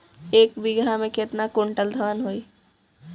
एक बीगहा में केतना कुंटल धान होई?